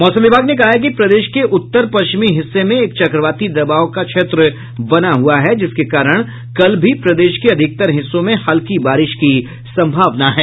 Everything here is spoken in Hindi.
मौसम विभाग ने कहा है कि प्रदेश के उत्तर पश्चिमी हिस्से में एक चक्रवाती दबाव का क्षेत्र बना हुआ है जिसके कारण कल भी प्रदेश के अधिकतर हिस्सों में हल्की बारिश की सम्भावना है